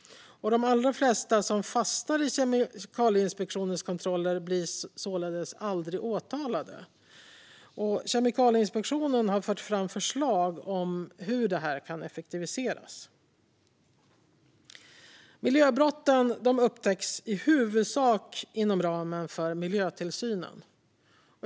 De flesta som fastnar i Kemikalieinspektionens kontroller blir således aldrig åtalade. Kemikalieinspektionen har lagt fram förslag om hur detta kan effektiviseras. Miljöbrott upptäcks i huvudsak inom ramen för miljötillsynen.